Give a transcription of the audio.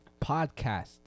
podcast